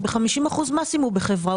הוא ב-50% מס אם הוא בחברה.